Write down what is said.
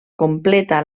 completa